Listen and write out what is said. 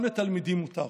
גם לתלמידים מותר.